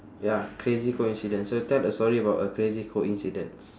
ya crazy coincidence so tell a story about a crazy coincidence